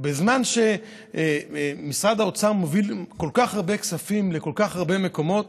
בזמן שמשרד האוצר מביא כל כך הרבה כספים לכל כך הרבה מקומות,